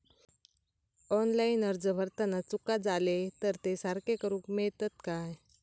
Online अर्ज भरताना चुका जाले तर ते सारके करुक मेळतत काय?